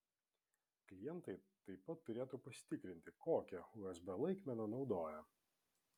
klientai taip pat turėtų pasitikrinti kokią usb laikmeną naudoja